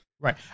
Right